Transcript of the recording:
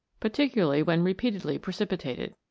particularly when repeatedly precipitated.